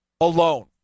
alone